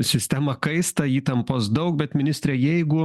sistema kaista įtampos daug bet ministre jeigu